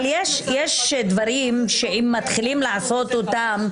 ועצרנו את הדברים ואת תמשיכי אותם.